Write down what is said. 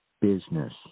business